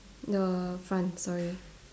the front sorry